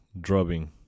drubbing